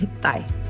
Bye